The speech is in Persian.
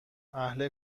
اهل